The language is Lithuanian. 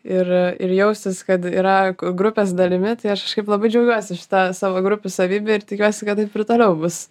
ir ir jaustis kad yra grupės dalimi tai aš kažkaip labai džiaugiuosi šita savo grupių savybe ir tikiuosi kad taip ir toliau bus